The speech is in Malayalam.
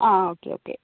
ആ ഓക്കേ ഓക്കേ